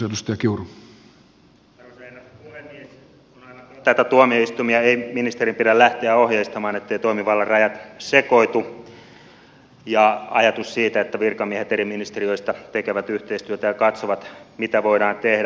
on aivan totta että tuomioistuimia ei ministerin pidä lähteä ohjeistamaan etteivät toimivallan rajat sekoitu ja se ajatus on hyvä että virkamiehet eri ministeriöistä tekevät yhteistyötä ja katsovat mitä voidaan tehdä